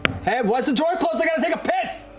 hey, why's the door closed? i got to take a piss!